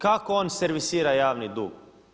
Kako on servisira javni dug?